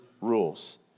rules